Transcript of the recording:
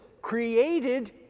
Created